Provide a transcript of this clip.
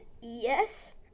yes